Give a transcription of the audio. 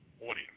audience